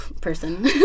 person